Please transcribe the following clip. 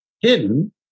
hidden